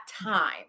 time